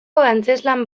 antzezlan